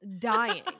dying